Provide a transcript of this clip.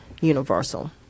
universal